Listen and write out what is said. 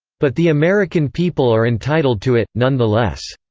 but the american people are entitled to it, nonetheless.